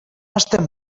estem